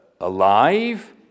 alive